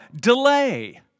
delay